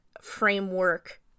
framework